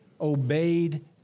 obeyed